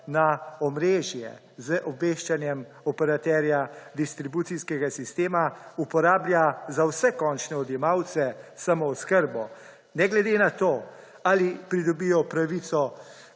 na omrežje z obveščanjem operaterja distribucijskega sistema uporablja za vse končne odjemalce s samooskrbo ne glede na to ali pridobijo pravico